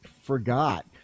forgot